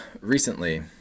recently